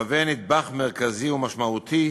מהווה נדבך מרכזי ומשמעותי